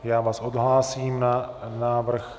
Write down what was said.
Já vás odhlásím na návrh.